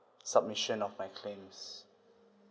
submission of my claims